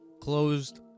closed